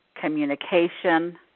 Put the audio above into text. communication